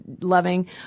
loving